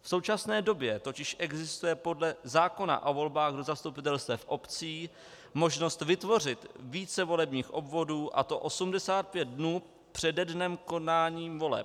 V současné době totiž existuje podle zákona o volbách do zastupitelstev obcí možnost vytvořit více volebních obvodů, a to 85 dnů přede dnem konání voleb.